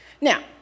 Now